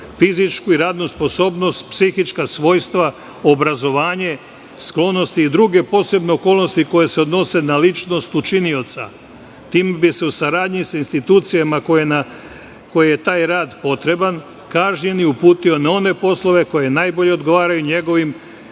fizičku i radnu sposobnost, psihička svojstva, obrazovanje, sklonosti i druge posebne okolnosti koje se odnose na ličnost učinioca. Time bih se u saradnji sa institucijama kojima je taj rad potreban, kažnjeni uputio na one poslove koji najbolje odgovaraju njegovim